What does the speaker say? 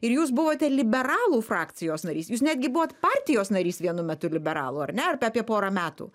ir jūs buvote liberalų frakcijos narys jūs netgi buvot partijos narys vienu metu liberalų ar ne apie porą metų